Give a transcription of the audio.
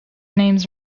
names